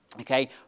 Okay